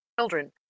children